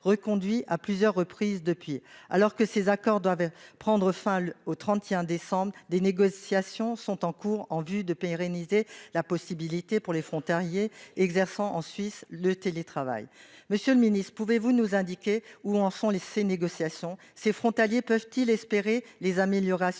reconduit à plusieurs reprises depuis lors. Tandis que ce dernier doit prendre fin au 31 décembre prochain, des négociations sont en cours en vue de pérenniser la possibilité de télétravailler des frontaliers exerçant en Suisse. Monsieur le ministre, pouvez-vous nous indiquer où en sont ces négociations ? Ces frontaliers peuvent-ils espérer les améliorations